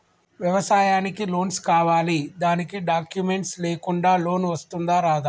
వ్యవసాయానికి లోన్స్ కావాలి దానికి డాక్యుమెంట్స్ లేకుండా లోన్ వస్తుందా రాదా?